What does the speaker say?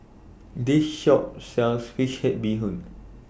This Shop sells Fish Head Bee Hoon